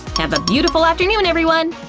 have a beautiful afternoon, everyone!